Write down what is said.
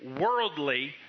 worldly